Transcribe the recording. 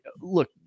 look